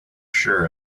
sure